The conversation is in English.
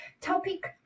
Topic